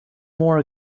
more